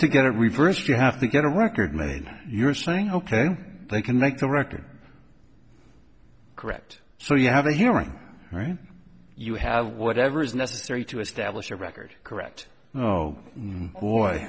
to get it reversed you have to get a record made you're saying ok they can make the record correct so you have a hearing right you have whatever is necessary to establish your record correct oh boy